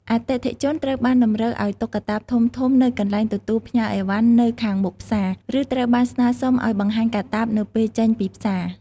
អតិថិជនត្រូវបានតម្រូវឱ្យទុកកាតាបធំៗនៅកន្លែងទទួលផ្ញើឥវ៉ាន់នៅខាងមុខផ្សារ ឬត្រូវបានស្នើសុំឱ្យបង្ហាញកាតាបនៅពេលចេញពីផ្សារ។